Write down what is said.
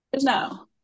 No